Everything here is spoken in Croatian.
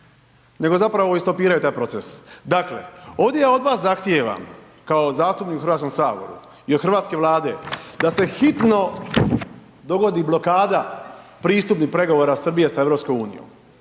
nego zapravo i stopiraju taj proces. Dakle, ovdje ja od vas zahtijevam kao zastupnik u Hrvatskom saboru i od Hrvatske Vlade da se hitno dogodi blokada pristupnih pregovora Srbije sa EU